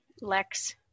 lex